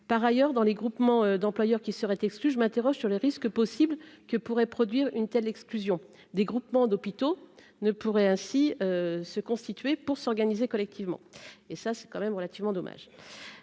par ailleurs dans les groupements d'employeurs qui serait exclu, je m'interroge sur les risques possibles que pourrait produire une telle exclusion des groupements d'hôpitaux ne pourraient ainsi se constituer pour s'organiser collectivement et ça c'est quand même relativement dommage